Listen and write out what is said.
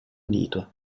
unito